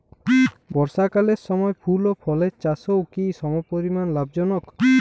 বর্ষাকালের সময় ফুল ও ফলের চাষও কি সমপরিমাণ লাভজনক?